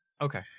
Okay